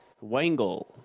Wangle